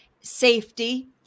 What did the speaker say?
safety